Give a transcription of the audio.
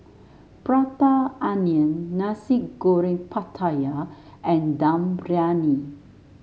Prata Onion Nasi Goreng Pattaya and Dum Briyani